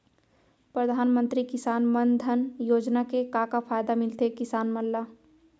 परधानमंतरी किसान मन धन योजना के का का फायदा मिलथे किसान मन ला?